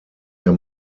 der